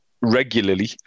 regularly